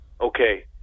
okay